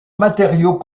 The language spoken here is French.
matériau